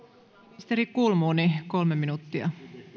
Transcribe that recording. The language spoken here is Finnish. ministeri kulmuni kolme minuuttia